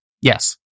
yes